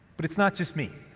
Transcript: but it's not just me.